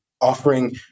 offering